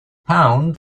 pound